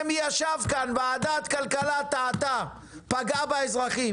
אומרים להם לקחת מסגרת,